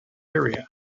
area